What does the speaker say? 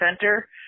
Center